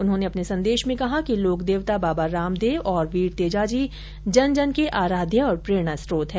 उन्होंने अपने संदेश में कहा कि लोकदेवता बाबा रामदेवजी और वीर तेजाजी जन जन के आराध्य और प्रेरणा स्रोत हैं